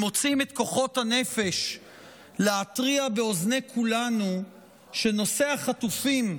הם מוצאים את כוחות הנפש להתריע באוזני כולנו שנושא החטופים,